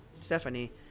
Stephanie –